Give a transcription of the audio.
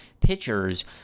pitchers